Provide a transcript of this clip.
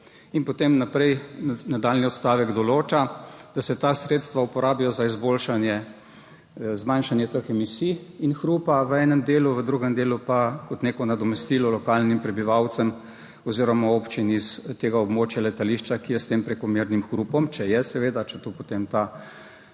In potem naprej, nadaljnji odstavek določa, da se ta sredstva uporabijo za zmanjšanje teh emisij in hrupa v enem delu, v drugem delu pa kot neko nadomestilo lokalnim prebivalcem oziroma občini s tega območja letališča, ki je s tem prekomernim hrupom, če seveda to potem